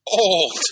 old